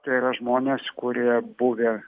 tai yra žmonės kurie buvę